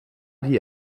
die